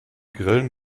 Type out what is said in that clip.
grillen